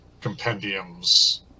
compendiums